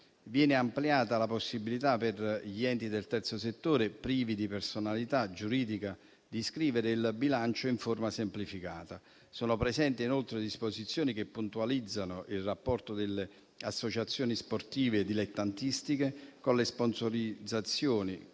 Viene ampliata la possibilità, per gli enti del terzo settore privi di personalità giuridica, di scrivere il bilancio in forma semplificata. Sono presenti inoltre disposizioni che puntualizzano il rapporto delle associazioni sportive dilettantistiche con le sponsorizzazioni,